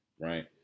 right